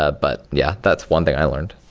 ah but, yeah, that's one thing i learned.